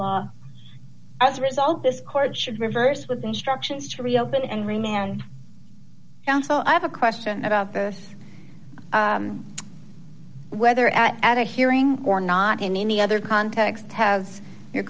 law as a result this court should reverse with instructions to reopen and remand down so i have a question about the whether at at a hearing or not in any other context has your